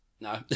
No